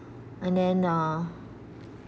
and then uh